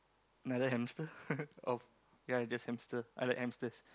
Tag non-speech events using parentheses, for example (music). another hamster (laughs) of ya just hamster other hamsters